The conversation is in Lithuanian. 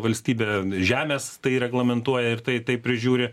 valstybė žemės tai reglamentuoja ir tai prižiūri